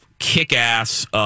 kick-ass